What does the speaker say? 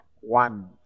one